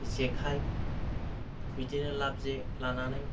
जेखाय बिदिनो लाब जे लानानै